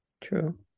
True